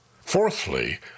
Fourthly